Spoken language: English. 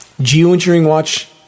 geoengineeringwatch